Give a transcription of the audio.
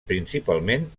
principalment